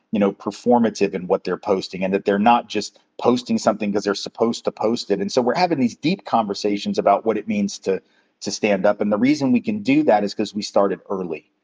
you know, performative in and what they're posting, and that they're not just posting something cause they're supposed to post it. and so we're having these deep conversations about what it means to to stand up. and the reason we can do that is cause we started early.